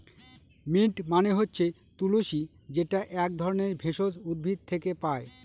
mint মানে হচ্ছে তুলশী যেটা এক ধরনের ভেষজ উদ্ভিদ থেকে পায়